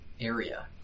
area